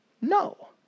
No